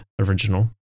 original